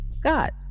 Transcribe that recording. God